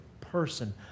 person